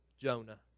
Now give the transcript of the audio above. Jonah